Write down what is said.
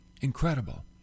Incredible